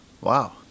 wow